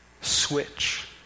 switch